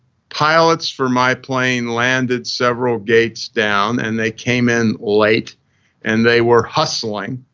pilots for my plane landed several gates down and they came in late and they were hustling,